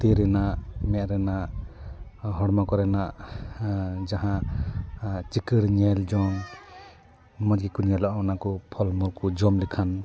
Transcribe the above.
ᱛᱤ ᱨᱮᱱᱟᱜ ᱢᱮᱫ ᱨᱮᱱᱟᱜ ᱦᱚᱲᱢᱚ ᱠᱚᱨᱮᱱᱟᱜ ᱡᱟᱦᱟᱸ ᱪᱤᱠᱟᱹᱲ ᱧᱮᱞ ᱡᱚᱝ ᱢᱚᱡᱽ ᱜᱮᱠᱚ ᱧᱮᱞᱚᱜᱼᱟ ᱚᱱᱟ ᱠᱚ ᱯᱷᱚᱞ ᱢᱩᱞ ᱠᱚ ᱡᱚᱢ ᱞᱮᱠᱷᱟᱱ